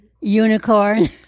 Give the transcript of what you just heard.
unicorn